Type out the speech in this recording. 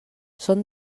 són